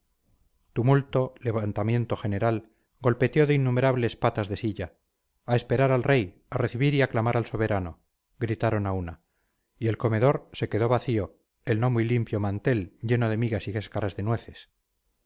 golibán tumulto levantamiento general golpeteo de innumerables patas de silla a esperar al rey a recibir y aclamar al soberano gritaron a una y el comedor se quedó vacío el no muy limpio mantel lleno de migas y cáscaras de nueces